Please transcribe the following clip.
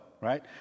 right